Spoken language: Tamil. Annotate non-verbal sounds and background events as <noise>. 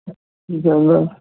<unintelligible>